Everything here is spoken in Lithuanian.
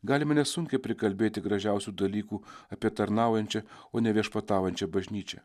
galime nesunkiai prikalbėti gražiausių dalykų apie tarnaujančią o ne viešpataujančią bažnyčią